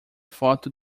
foto